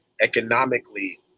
economically